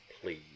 please